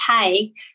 take